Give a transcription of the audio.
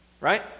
right